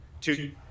two